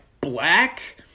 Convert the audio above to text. black